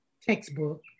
textbook